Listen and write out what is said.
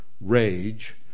rage